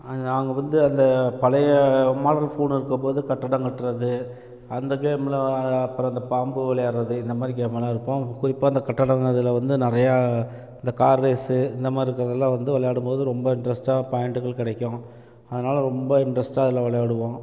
நாங்கள் வந்து அந்த பழைய மாடல் ஃபோனு இருக்கும் போது கட்டடம் கட்டுறது அந்த கேமில் அ அப்புறம் அந்த பாம்பு விளையாடுகிறது இந்த மாதிரி கேம்மெல்லாம் இருக்கும் குறிப்பாக அந்த கட்டிடம் அதில் வந்து நிறையா இந்த கார் ரேஸூ இந்த மாதிரி இருக்கிறதெல்லாம் வந்து விளையாடும்போது ரொம்ப இன்ட்ரஸ்ட்டாக பாயிண்டுகள் கிடைக்கும் அதனால ரொம்ப இன்ட்ரஸ்ட்டாக அதில் விளையாடுவோம்